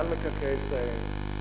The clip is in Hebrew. עם מינהל מקרקעי ישראל,